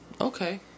Okay